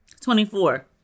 Twenty-four